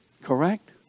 Correct